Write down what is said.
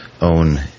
own